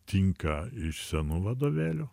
tinka iš senų vadovėlių